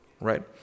right